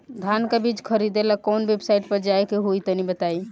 धान का बीज खरीदे ला काउन वेबसाइट पर जाए के होई तनि बताई?